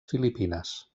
filipines